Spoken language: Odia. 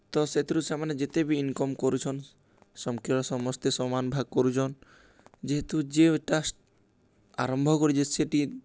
ତ ସେଥିରୁ ସେମାନେ ଯେତେ ବି ଇନ୍କମ୍ କରୁଛନ୍ ସମ୍କିର ସମସ୍ତେ ସମାନ୍ ଭାଗ୍ କରୁଛନ୍ ଯେହେତୁ ଯେ ଟା ଆରମ୍ଭ୍ କରିଛେ ସେ ଟିିକେ